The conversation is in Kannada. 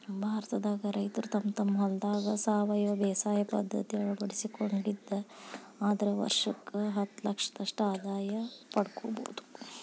ಭಾರತದಾಗ ರೈತರು ತಮ್ಮ ತಮ್ಮ ಹೊಲದಾಗ ಸಾವಯವ ಬೇಸಾಯ ಪದ್ಧತಿ ಅಳವಡಿಸಿಕೊಂಡಿದ್ದ ಆದ್ರ ವರ್ಷಕ್ಕ ಹತ್ತಲಕ್ಷದಷ್ಟ ಆದಾಯ ಪಡ್ಕೋಬೋದು